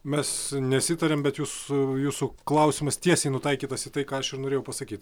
mes nesitarėm bet jūs jūsų klausimas tiesiai nutaikytas į tai ką aš norėjau pasakyt